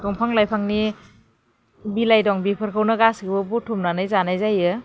दंफां लाइफांनि बिलाइ दं बेफोरखौनो गासिबो बुथुमनानै जानाय जायो